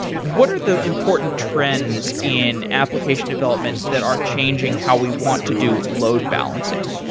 what are the important trends in application development that are changing how we want to do load balancing?